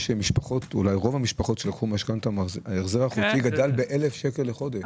רוב המשפחות שלקחו משכנתה ההחזר החודשי שלהן גדל ב-1,000 שקל בחודש.